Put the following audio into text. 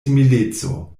simileco